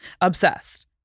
Obsessed